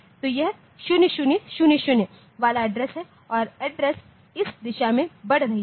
तो यह 0000 वाला एड्रेस है और एड्रेस इस दिशा में बढ़ रही है